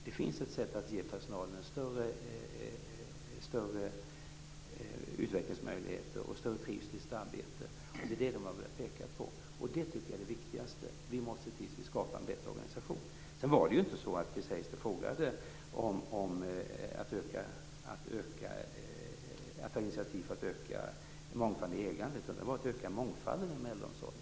Det finns ett sätt att ge personalen större utvecklingsmöjligheter och en större trivsel i sitt arbete, och det är detta som man har velat peka på. Det tycker jag är det viktigaste. Vi måste alltså se till att vi skapar en bättre organisation. Chris Heisters fråga handlade faktiskt inte om att ta initiativ för att öka mångfalden i ägandet, utan den gällde att öka mångfalden inom äldreomsorgen.